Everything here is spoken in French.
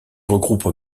regroupe